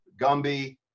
Gumby